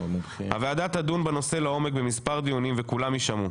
הוועדה תדון בנושא לעומק במספר דיונים וכולם יישמעו.